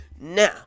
now